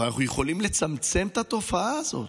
אבל אנחנו יכולים לצמצם את התופעה הזאת.